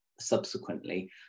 subsequently